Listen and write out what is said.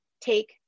take